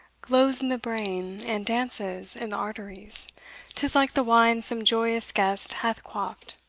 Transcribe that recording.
glows in the brain and dances in the arteries tis like the wine some joyous guest hath quaffed,